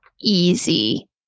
easy